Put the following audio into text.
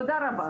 תודה רבה.